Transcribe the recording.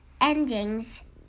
endings